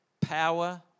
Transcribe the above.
power